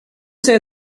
say